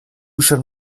schon